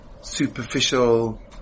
superficial